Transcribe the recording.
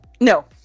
No